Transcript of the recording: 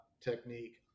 technique